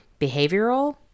behavioral